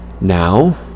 now